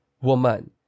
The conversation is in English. woman